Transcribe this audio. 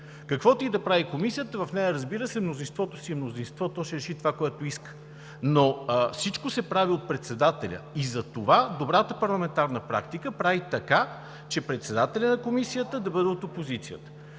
Каквото и да прави комисията – в нея, разбира се, мнозинството си е мнозинство, то ще реши това, което иска, но всичко се прави от председателя и затова добрата парламентарна практика прави така, че председателят на комисията да бъде от опозицията.